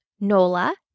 Nola